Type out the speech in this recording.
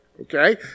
okay